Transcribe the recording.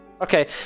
Okay